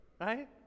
Right